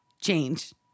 change